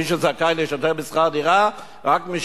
מי שזכאי להשתתפות בשכר דירה הוא רק מי